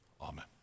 amen